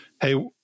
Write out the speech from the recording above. Hey